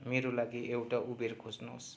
मेरा लागि एउटा उबेर खोज्नुहोस्